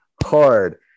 hard